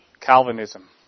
Calvinism